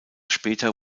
später